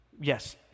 Yes